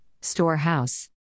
Storehouse